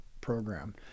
program